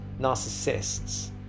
narcissists